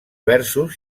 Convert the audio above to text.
versos